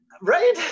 Right